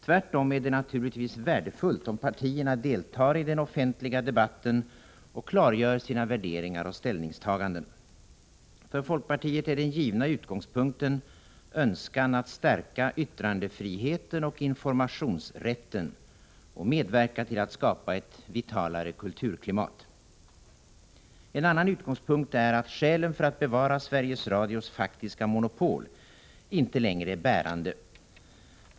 Tvärtom är det naturligtvis värdefullt om partierna deltar i den offentliga debatten och klargör sina värderingar och ställningstaganden. För folkpartiet är den givna utgångspunkten önskan att stärka yttrandefriheten och informationsrätten samt medverka till att skapa ett vitalare kulturklimat. En annan utgångspunkt är att skälen för att bevara Sveriges Radios faktiska monopol inte längre är bärande.